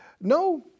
No